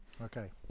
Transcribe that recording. Okay